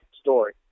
story